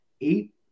Eight